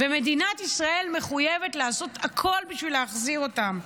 ומדינת ישראל מחויבת לעשות הכול בשביל להחזיר אותם.